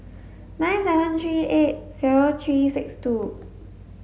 nine seven three eight zero three six two